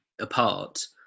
apart